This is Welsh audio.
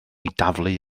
daflu